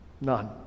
None